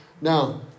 Now